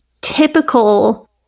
typical